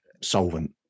solvent